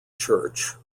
church